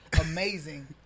amazing